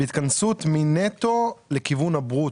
בהתכנסות מנטו לכיוון הברוטו.